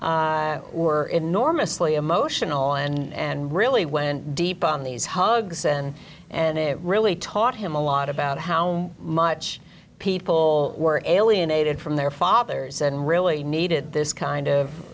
were enormously emotional and really went deep on these hugs and and it really taught him a lot about how much people were alienated from their fathers and really needed this kind